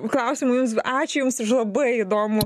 klausimų jums ačiū jums už labai įdomų